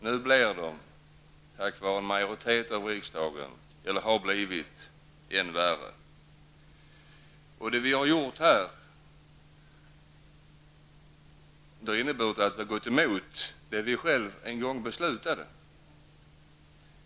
Nu har de på grund av en majoritet i riksdagen blivit än värre. Vad vi gjort här har inneburit att vi gått emot det vi själva en gång beslutade.